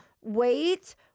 Wait